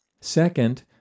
Second